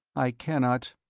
i cannot,